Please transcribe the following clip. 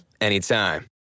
anytime